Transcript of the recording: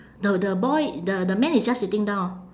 the the boy the the man is just sitting down